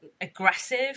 aggressive